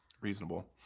Reasonable